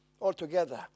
altogether